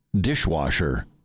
dishwasher